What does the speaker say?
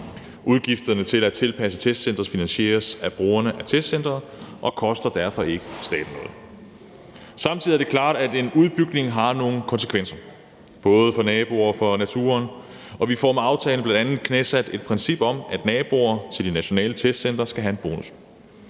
Udgifterne til at tilpasse testcenteret finansieres af brugerne af testcenteret, og det koster derfor ikke staten noget. Samtidig er det klart, at en udbygning har nogle konsekvenser både for naboerne og for naturen, og vi får med aftalen bl.a. knæsat et princip om, at naboerne til de nationale testcentre skal have en bonus,